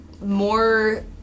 more